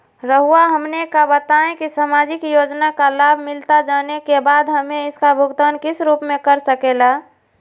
रहुआ हमने का बताएं की समाजिक योजना का लाभ मिलता जाने के बाद हमें इसका भुगतान किस रूप में कर सके ला?